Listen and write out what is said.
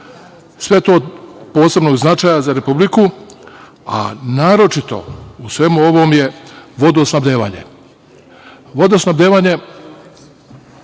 je to od posebnog značaja za Republiku, a naročito, u svemu ovome je vodosnabdevanje.